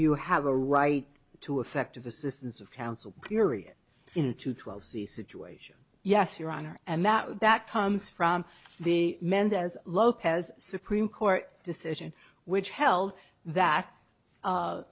you have a right to effective assistance of counsel period into twelve z situation yes your honor and that that comes from the mendez lopez supreme court decision which held that